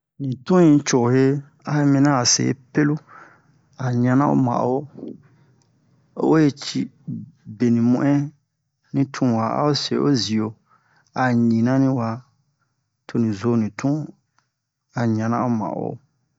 Ni tun yi cohe a yi mina a se pelu a ɲana o ma'o o we ci beni mu'in ni tun wa a'o se o zio a ɲina ni wa to ni zo ni tun a ɲana o wa'o